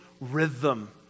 rhythm